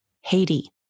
Haiti